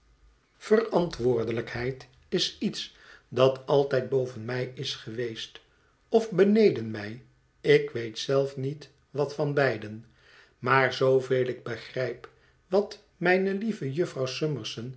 verantwoordelijkheid is iets dat altijd boven mij is geweest of beneden mij ik weet zelf niet wat van beiden maar zooveel ik begrijp wat mijne lieve jufvrouw summerson